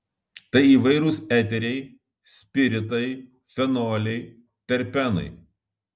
tai įvairūs eteriai spiritai fenoliai terpenai